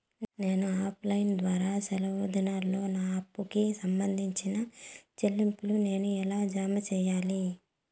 నేను offline ద్వారా సెలవు దినాల్లో నా అప్పుకి సంబంధించిన చెల్లింపులు నేను ఎలా జామ సెయ్యాలి?